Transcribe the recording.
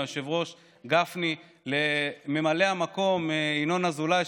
ליושב-ראש גפני ולממלא המקום ינון אזולאי,